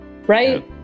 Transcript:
right